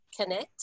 connect